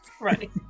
right